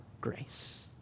grace